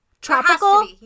Tropical